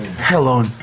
Hello